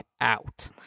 out